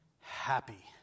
happy